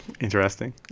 Interesting